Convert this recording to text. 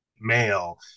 male